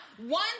One